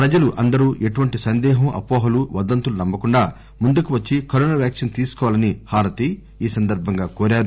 ప్రజలు అందరూ ఎటువంటి సందేహంఅపోహలువదంతులు నమ్మ కుండా ముందుకు వచ్చి కరోనా వ్యాక్సిన్ తీసుకోవాలని హారతి కోరారు